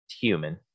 human